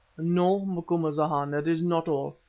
no, macumazahn, it is not all.